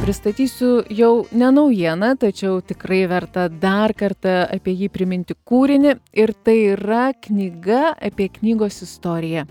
pristatysiu jau ne naujieną tačiau tikrai vertą dar kartą apie jį priminti kūrinį ir tai yra knyga apie knygos istoriją